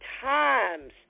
times